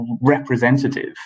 representative